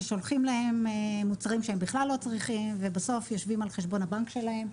שולחים להם מוצרים שהם בכלל לא צריכים ובסוף יושבים על חשבון הבנק שלהם.